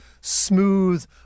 smooth